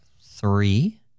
three